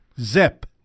Zip